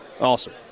Awesome